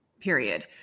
period